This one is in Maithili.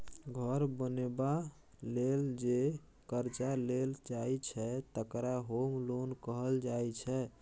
घर बनेबा लेल जे करजा लेल जाइ छै तकरा होम लोन कहल जाइ छै